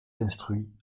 instruit